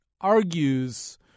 argues—